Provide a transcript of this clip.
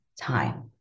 time